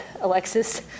Alexis